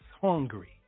hungry